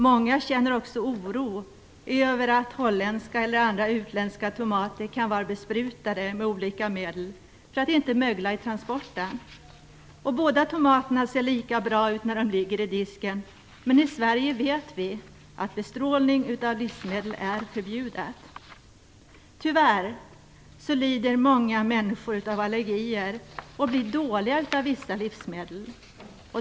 Många känner också oro över att holländska eller andra utländska tomater kan vara besprutade med olika medel för att inte mögla i transporten. Båda tomaterna ser lika bra ut när de ligger i disken, men vi vet att bestrålning av livsmedel är förbjudet i Sverige. Tyvärr lider många människor av allergier och blir dåliga av vissa livsmedel.